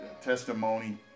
testimony